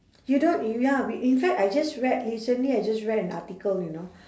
you don't you ya we in fact I just read recently I just read an article you know